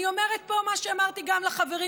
אני אומרת פה מה שאמרתי גם לחברים,